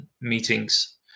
meetings